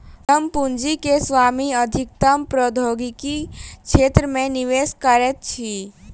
उद्यम पूंजी के स्वामी अधिकतम प्रौद्योगिकी क्षेत्र मे निवेश करैत अछि